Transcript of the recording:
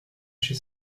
she